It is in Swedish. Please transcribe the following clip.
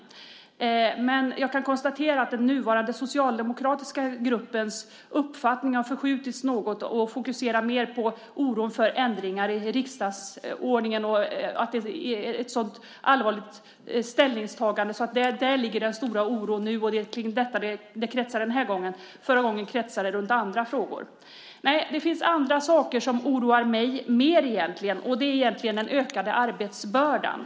Men jag kan konstatera att den nuvarande socialdemokratiska gruppens uppfattning har förskjutits något och fokuserar mer på oron för ändringar i riksdagsordningen och att det är ett sådant allvarligt ställningstagande. Det är där som den stora oron nu ligger, och det är kring detta som det kretsar den här gången. Förra gången kretsade det runt andra frågor. Nej, det finns andra saker som oroar mig mer egentligen, och det är den ökade arbetsbördan.